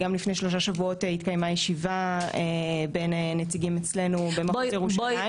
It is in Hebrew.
גם לפני שלושה שבועות התקיימה ישיבה בין נציגים אצלנו במחוז ירושלים.